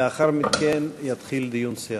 לאחר מכן יתחיל דיון סיעתי.